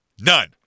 None